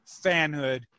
fanhood